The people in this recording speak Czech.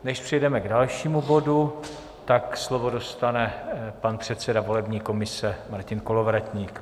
Než přejdeme k dalšímu bodu, slovo dostane předseda volební komise Martin Kolovratník.